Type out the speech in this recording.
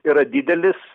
yra didelis